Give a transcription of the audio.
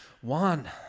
One